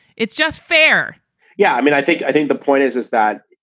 it's just fair yeah. i mean, i think i think the point is, is that